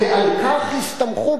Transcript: ועל כך הסתמכו,